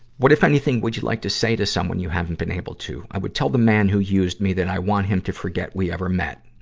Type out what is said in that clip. what, if anything, would you like to say to someone you haven't been able to? i would tell the man who used me that i want him to forget we ever met.